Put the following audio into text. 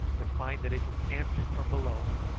to find that it was answered from below,